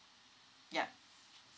yup